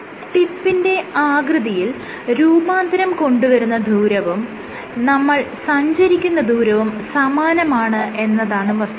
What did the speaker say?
ടിപ്പിന്റെ ആകൃതിയിൽ രൂപാന്തരം കൊണ്ടുവരുന്ന ദൂരവും നമ്മൾ സഞ്ചരിക്കുന്ന ദൂരവും സമാനമാണ് എന്നതാണ് വസ്തുത